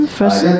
first